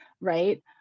right